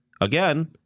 again